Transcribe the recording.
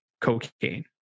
cocaine